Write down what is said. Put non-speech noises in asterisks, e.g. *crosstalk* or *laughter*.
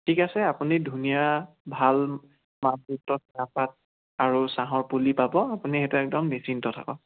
ঠিক আছে আপুনি ধুনীয়া ভাল *unintelligible* চাহপাত আৰু চাহৰ পুলি পাব আপুনি সেইটো একদম নিশ্চিন্ত থাকক